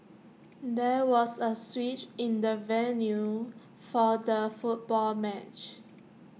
there was A switch in the venue for the football match